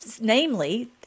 namely